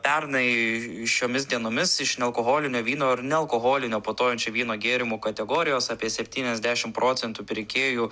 pernai šiomis dienomis iš nealkoholinio vyno ar nealkoholinio putojančio vyno gėrimų kategorijos apie septyniasdešim procentų pirkėjų